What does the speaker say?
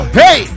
hey